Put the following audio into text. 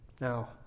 Now